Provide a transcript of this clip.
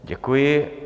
Děkuji.